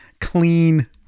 Clean